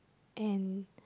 and